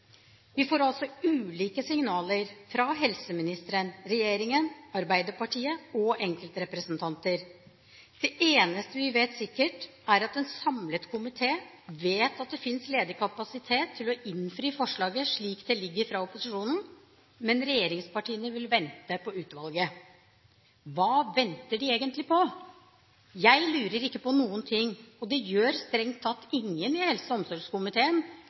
Vi får altså ulike signaler fra helseministeren, regjeringen, Arbeiderpartiet og enkeltrepresentanter. Det eneste vi vet sikkert, er at en samlet komité vet at det finnes ledig kapasitet til å innfri forslaget slik det ligger fra opposisjonen, men regjeringspartiene vil vente på utvalget. Hva venter de egentlig på? Jeg lurer ikke på noen ting, og det gjør strengt tatt ingen i helse- og omsorgskomiteen